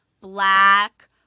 black